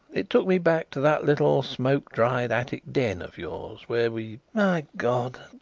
it took me back to that little smoke-dried attic den of yours where we my god!